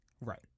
Right